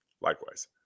likewise